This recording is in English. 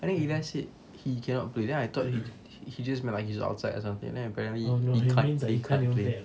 but then ilyas said he cannot play then I thought he he just he's outside or something then apparently he can't he can't play